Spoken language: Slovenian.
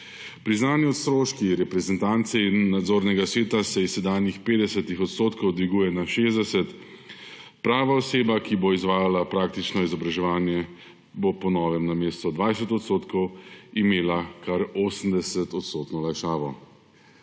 Priznani stroški reprezentance in nadzornega sveta se s sedanjih 50 % dvigujejo na 60. Pravna oseba, ki bo izvajala praktično izobraževanje, bo po novem namesto 20 % imela kar 80-odstotno olajšavo.